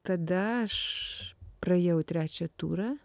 tada aš praėjau į trečią turą